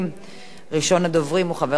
מס' 8083,